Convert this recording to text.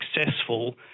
successful